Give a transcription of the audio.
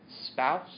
spouse